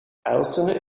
elsene